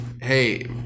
Hey